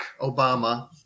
Obama